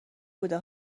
بوده